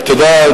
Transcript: תודה.